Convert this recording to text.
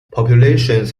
populations